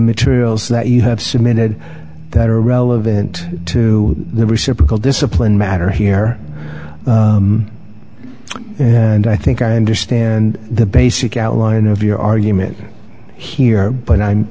materials that you have submitted that are relevant to the reciprocal discipline matter here and i think i understand the basic outline of your argument here but i'm